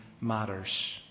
matters